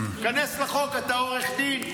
היכנס לחוק, אתה עורך דין.